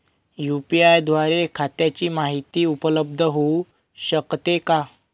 UPI द्वारे खात्याची माहिती उपलब्ध होऊ शकते का?